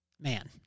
man